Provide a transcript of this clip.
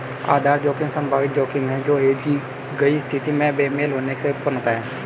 आधार जोखिम संभावित जोखिम है जो हेज की गई स्थिति में बेमेल होने से उत्पन्न होता है